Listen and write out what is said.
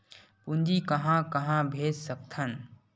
पूंजी कहां कहा भेज सकथन?